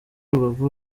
rubavu